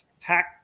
attack